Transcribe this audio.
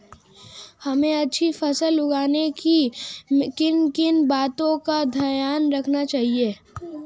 हमें अच्छी फसल उगाने में किन किन बातों का ध्यान रखना चाहिए?